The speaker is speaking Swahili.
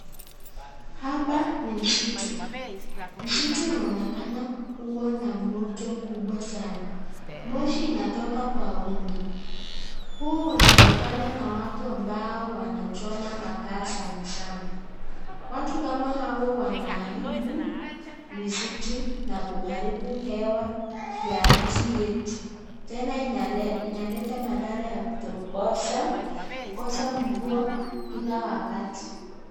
Hapa ni msitu. Msitu unaonekana kuwa na moto mkubwa sana. Moshi inatoka kwa wingi. Huu unatokana na watu ambao wanachoma makaa sanasana watu kama hawa wanaharibu misitu na kuharibu hewa ya nchi yetu .Tena inaleta madhara ya kutokosa kukosa mvua kila wakati.